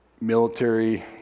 military